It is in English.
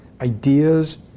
ideas